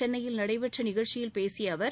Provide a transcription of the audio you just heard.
சென்னையில் நடைபெற்ற நிகழ்ச்சியில் பேசிய அவர்